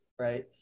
right